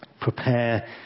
prepare